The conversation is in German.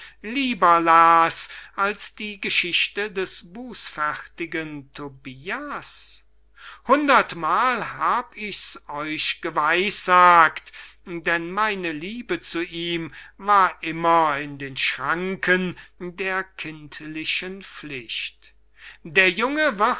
lieber las als die geschichte des bußfertigen tobias hundertmal hab ichs euch geweissagt denn meine liebe zu ihm war immer in den schranken der kindlichen pflicht der junge